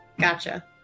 Gotcha